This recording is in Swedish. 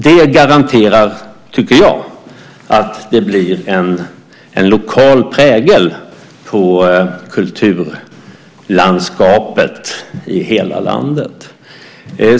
Det garanterar, tycker jag, att det blir en lokal prägel på kulturlandskapet i hela landet.